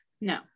no